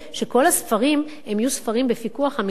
שכל הספרים יהיו ספרים בפיקוח המשרד,